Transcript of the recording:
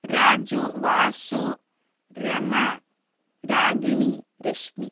Raju Vasu Rama Ragini Rashmi